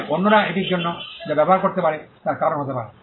তবে অন্যরা এটির জন্য যা ব্যবহার করতে পারে তার কারণ হতে পারে